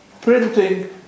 printing